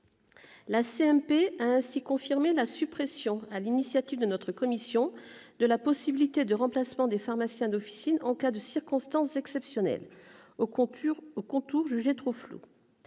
La CMP a ainsi confirmé la suppression, sur l'initiative de notre commission, de la possibilité de remplacement des pharmaciens d'officine en cas de « circonstances exceptionnelles », formule aux contours jugés trop flous.